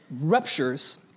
ruptures